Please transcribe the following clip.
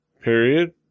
period